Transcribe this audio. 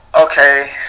Okay